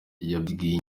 yabwiye